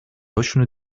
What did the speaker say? هاشونو